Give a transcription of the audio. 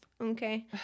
Okay